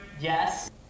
Yes